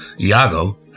Iago